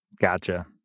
Gotcha